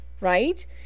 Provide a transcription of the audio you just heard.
right